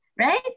right